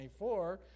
24